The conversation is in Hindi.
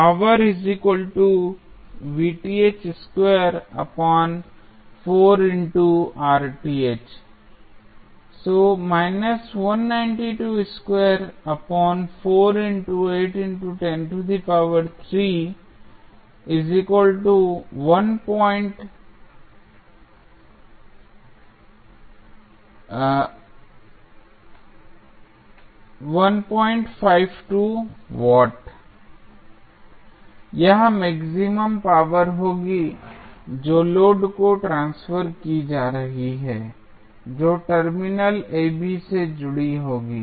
यह मैक्सिमम पावर होगी जो लोड को ट्रांसफर की जा रही है जो टर्मिनल ab से जुड़ी होगी